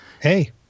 Hey